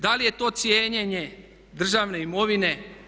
Da li je to cijenjenje državne imovine?